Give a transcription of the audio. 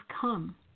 come